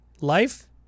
Life